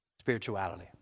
spirituality